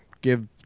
give